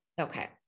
Okay